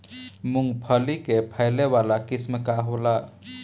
मूँगफली के फैले वाला किस्म का होला?